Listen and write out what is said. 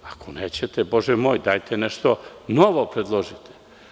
Ako nećete, bože moj, dajte nešto novo predložite.